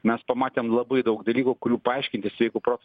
mes pamatėm labai daug dalykų kurių paaiškinti sveiku protu